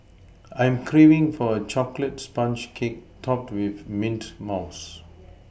I am craving for a chocolate sponge cake topped with mint mousse